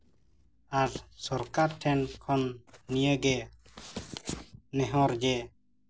ᱟᱨ ᱥᱚᱨᱠᱟᱨ ᱴᱷᱮᱱ ᱠᱷᱚᱱ ᱱᱤᱭᱟᱹᱜᱮ ᱱᱮᱦᱚᱨ ᱡᱮ